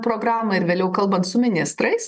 programą ir vėliau kalbant su ministrais